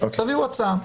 תביאו הצעה.